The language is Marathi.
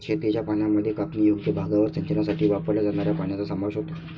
शेतीच्या पाण्यामध्ये कापणीयोग्य भागावर सिंचनासाठी वापरल्या जाणाऱ्या पाण्याचा समावेश होतो